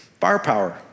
Firepower